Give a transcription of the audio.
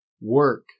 work